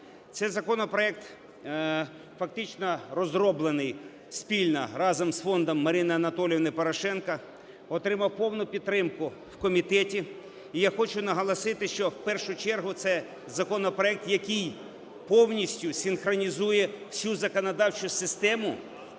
Цей законопроект фактично розроблений спільно разом з Фондом Марини Анатоліївни Порошенко, отримав повну підтримку в комітеті. І я хочу наголосити, що в першу чергу це законопроект, який повністю синхронізує всю законодавчу систему